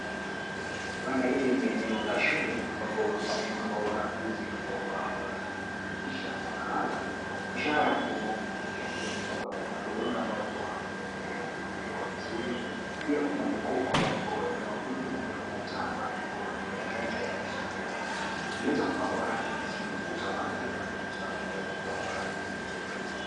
Huenda hili ni eneo la shule ambapo ni sehemu ambao wanafunzi wanajipushisha ama wanalala ishara ya kuonyesha hivyo ni kwamba kuna godoro ambalo lipo hapa kuweza kutandikwa vizuri, pia kuna jokofu ambalo liko eneo hili na pia kuna taa ambayo lipo juu ya meza ya kusomea. Imeweza kupangwa rangi vizuri ukuta wake, ukuta umeweza kupakwa rangi nyeupe.